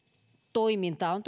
toimintaan